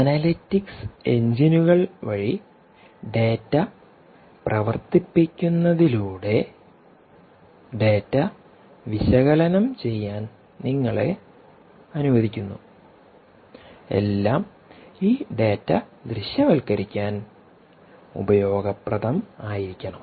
analytics എഞ്ചിനുകൾ വഴി data പ്രവർത്തിപ്പിക്കുന്നതിലൂടെ ഡാറ്റ വിശകലനം ചെയ്യാൻ നിങ്ങളെ അനുവദിക്കുന്നു എല്ലാം ഈ ഡാറ്റ ദൃശ്യവൽക്കരിക്കാൻ ഉപയോഗപ്രദമായിരിക്കണം